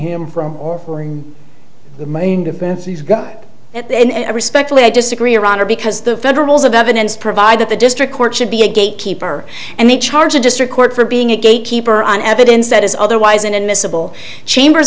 him from these guys and i respectfully disagree around her because the federals of evidence provide that the district court should be a gate keeper and they charge a district court for being a gatekeeper on evidence that is otherwise an unmissable chambers